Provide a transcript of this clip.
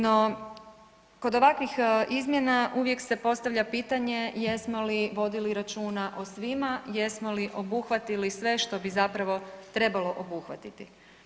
No, kod ovakvih izmjena uvijek se postavlja pitanje jesmo li vodili računa o svima, jesmo li obuhvatili sve što bi trebalo obuhvatiti?